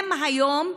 הם היום,